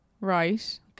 Right